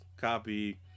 copy